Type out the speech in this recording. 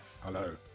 Hello